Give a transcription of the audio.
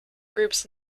groups